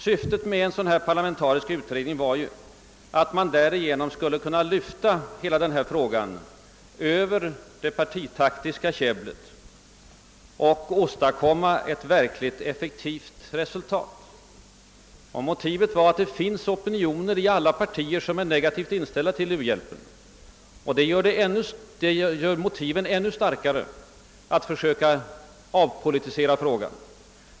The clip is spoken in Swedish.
Syftet med en parlamentarisk utredning var att man därigenom skulle lyfta frågan över det partitaktiska spelet och åstadkomma resultat. Motivet var bl.a. att det i alla partier finns opinioner som är negativt inställda till u-hjälp. Detta motiverar ännu starkare försök att avpolitisera frågan.